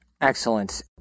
excellent